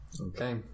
Okay